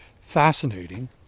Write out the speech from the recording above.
fascinating